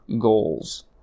goals